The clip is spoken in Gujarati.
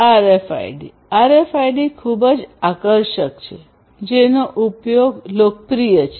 આરએફઆઈડી ખૂબ જ આકર્ષક છે જેનો ઉપયોગ લોકપ્રિય છે